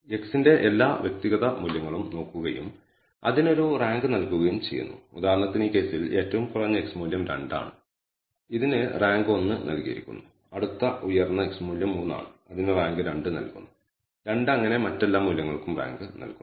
x ന്റെ എല്ലാ വ്യക്തിഗത മൂല്യങ്ങളും നോക്കുകയും അതിന് ഒരു റാങ്ക് നൽകുകയും ചെയ്യുന്നു ഉദാഹരണത്തിന് ഈ കേസിൽ ഏറ്റവും കുറഞ്ഞ x മൂല്യം 2 ആണ് ഇതിന് റാങ്ക് 1 നൽകിയിരിക്കുന്നു അടുത്ത ഉയർന്ന x മൂല്യം 3 ആണ് അതിന് റാങ്ക് 2 നൽകുന്നു2 അങ്ങനെ മറ്റെല്ലാ മൂല്യങ്ങൾക്കും റാങ്ക് നൽകുന്നു